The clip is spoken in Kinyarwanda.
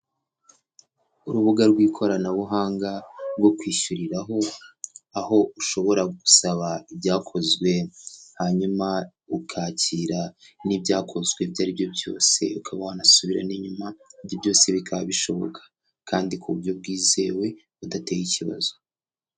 Urubuga rw'ikoranabuhanga, rwo kwishyuriraho, aho ushobora gusaba ibyakozwe, hanyuma ukakira n'ibyakozwe, ibyo aribyo byose, ukaba wanasubira n'inyuma ibyo byose bikaba bishoboka, kandi ku buryo bwizewe budateye ikibazo.